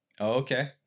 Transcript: okay